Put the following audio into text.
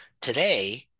today